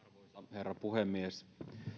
herra puhemies